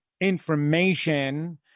information